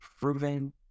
proven